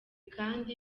kandi